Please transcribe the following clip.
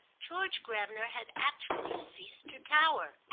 george gravener had actually ceased to tower.